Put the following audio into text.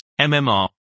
MMR